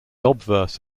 obverse